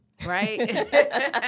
Right